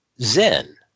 Zen